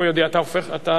נסיעה ללא כרטיס ברכבת מקומית),